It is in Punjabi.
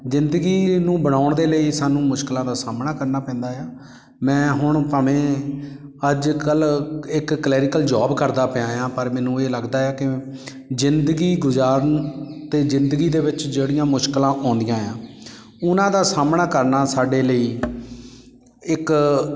ਜ਼ਿੰਦਗੀ ਨੂੰ ਬਣਾਉਣ ਦੇ ਲਈ ਸਾਨੂੰ ਮੁਸ਼ਕਿਲਾਂ ਦਾ ਸਾਹਮਣਾ ਕਰਨਾ ਪੈਂਦਾ ਆ ਮੈਂ ਹੁਣ ਭਾਵੇਂ ਅੱਜ ਕੱਲ੍ਹ ਇੱਕ ਕਲੈਰੀਕਲ ਜੋਬ ਕਰਦਾ ਪਿਆ ਹਾਂ ਪਰ ਮੈਨੂੰ ਇਹ ਲੱਗਦਾ ਹੈ ਕਿ ਜ਼ਿੰਦਗੀ ਗੁਜ਼ਾਰਨ ਅਤੇ ਜ਼ਿੰਦਗੀ ਦੇ ਵਿੱਚ ਜਿਹੜੀਆਂ ਮੁਸ਼ਕਿਲਾਂ ਆਉਂਦੀਆਂ ਆ ਉਹਨਾਂ ਦਾ ਸਾਹਮਣਾ ਕਰਨਾ ਸਾਡੇ ਲਈ ਇੱਕ